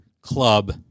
club